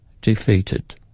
defeated